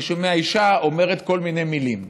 אני שומע אישה אומרת כל מיני מילים.